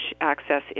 access